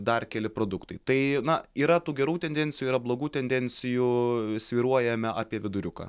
dar keli produktai tai na yra tų gerų tendencijų yra blogų tendencijų svyruojame apie viduriuką